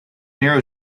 narrow